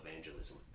evangelism